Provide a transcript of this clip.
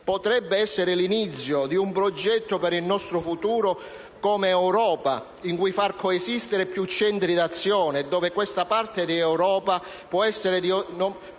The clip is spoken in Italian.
Potrebbe essere l'inizio di un progetto per il nostro futuro come Europa, in cui far coesistere più centri d'azione e dove questa parte dell'Europa può cessare